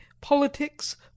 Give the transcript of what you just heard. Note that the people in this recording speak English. politics